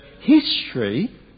history